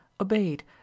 obeyed